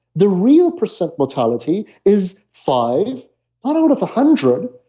the real percent mortality is five out of a hundred,